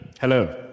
Hello